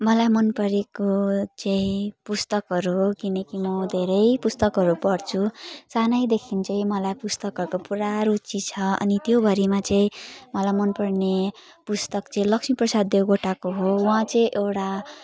मलाई मन परेको चाहिँ पुस्तकहरू किनकि म धेरै पुस्तकहरू पढ्छु सानैदेखि चाहिँ मलाई पुस्तकहरूको पुरा रुचि छ अनि त्यो भरिमा चाहिँ मलाई मन पर्ने पुस्तक चाहिँ लक्ष्मीप्रसाद देवकोटाको हो उहाँ चाहिँ एउटा